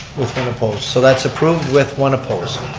with one opposed. so that's approved with one opposed.